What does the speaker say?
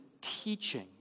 teaching